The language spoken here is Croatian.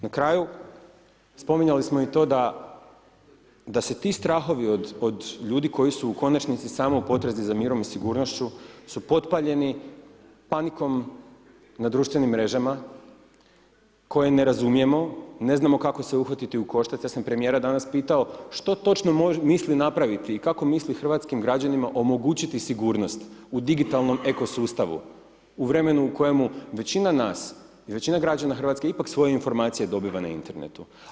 Na kraju, spominjali smo i to da se t strahovi od ljudi koji su u konačnici samo u potrazi sa mirom i sigurnošću su potpaljeni panikom na društvenim mrežama koje ne razumijemo, ne znamo kako se uhvatiti u koštac, ja sam premijera danas pitao što točno misli napraviti i kako misli hrvatskim građanima omogućiti sigurnost u digitalnom ekosustavu, u vremenu u kojemu većina nas, većina građana Hrvatske ipak svoje informacije dobiva na internetu.